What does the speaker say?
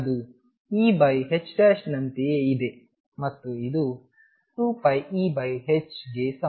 ಅದು E ನಂತೆಯೇ ಇದೇ ಮತ್ತು ಇದು 2πEh ಗೆ ಸಮ